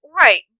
Right